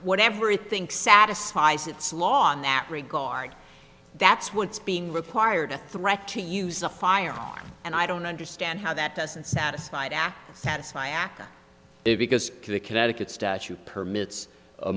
whatever it thinks satisfies its law in that regard that's what's being required a threat to use a firearm and i don't understand how that doesn't satisfied act satisfy acca it because the connecticut statute permits